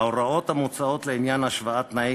ההוראות המוצעות לעניין השוואת תנאי